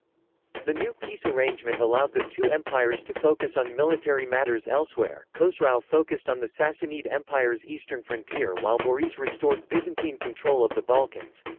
the new peace arrangement allowed the two empires to focus on military matters elsewhere khosrau focused on the sassanid empire's eastern frontier while maurice restored byzantine control of the balkans.